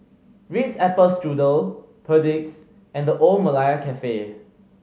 Ritz Apple Strudel Perdix and The Old Malaya Cafe